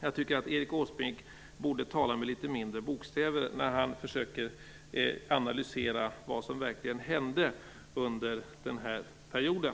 Jag tycker att Erik Åsbrink borde tala med litet mindre bokstäver när han försöker analysera vad som verkligen hände under den här perioden.